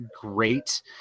great